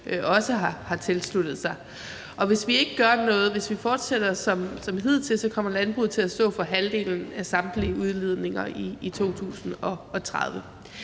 også har tilsluttet sig. Hvis vi ikke gør noget og vi fortsætter som hidtil, kommer landbruget til at stå for halvdelen af samtlige udledninger i 2030.